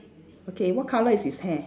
okay what colour is his hair